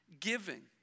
giving